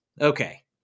okay